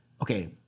okay